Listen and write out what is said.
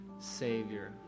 Savior